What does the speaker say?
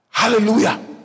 Hallelujah